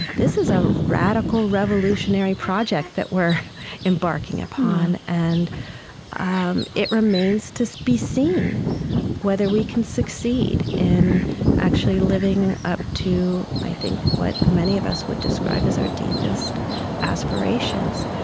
this is a radical, revolutionary project that we're embarking upon. and um it remains to so be seen whether we can succeed in actually living up to, i think, what many of us would describe as our deepest aspirations.